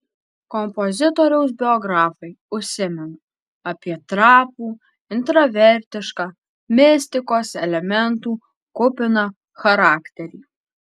kompozitoriaus biografai užsimena apie trapų intravertišką mistikos elementų kupiną charakterį